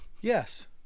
Yes